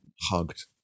hugged